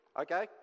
Okay